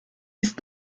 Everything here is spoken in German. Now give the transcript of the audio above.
ist